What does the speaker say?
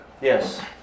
yes